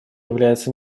является